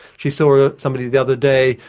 she saw somebody the other day,